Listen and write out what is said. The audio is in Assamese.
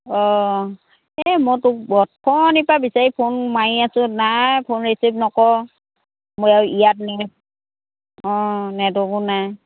অ' এই মই তোক অথনি পৰা বিচাৰি ফোন মাৰি আছোঁ নাই ফোন ৰিচিভ নকৰ' অ' নেটৱৰ্কো নাই